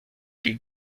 die